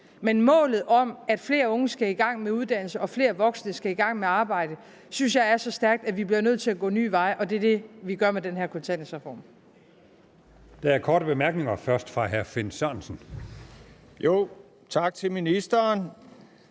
Men målet om, at flere unge skal i gang med uddannelse og at flere voksne skal i gang med arbejde, synes jeg er så stærkt, at vi bliver nødt til at gå nye veje, og det er det, vi gør med den her kontanthjælpsreform. Kl. 09:27 Første næstformand (Bertel Haarder):